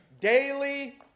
daily